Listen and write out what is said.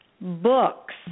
books